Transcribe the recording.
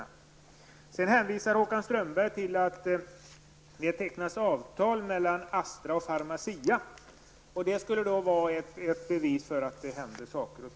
Håkan Strömberg hänvisade till att det skall tecknas ett avtal mellan staten, Astra och Pharmacia, vilket skulle utgöra ett bevis för att det händer saker.